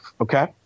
okay